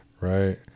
Right